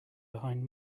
behind